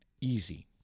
easy